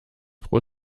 pro